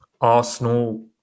Arsenal